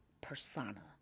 persona